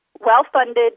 well-funded